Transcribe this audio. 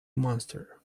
monster